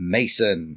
Mason